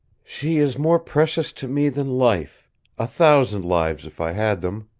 she is more precious to me than life a thousand lives, if i had them,